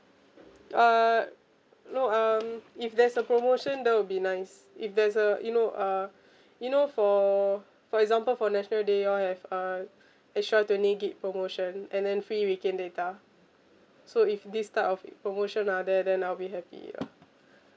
uh no um if there's a promotion that will be nice if there's a you know uh you know for for example for national day you all have uh extra twenty gig promotion and then free weekend data so if this type of promotion are there then I'll be happy lah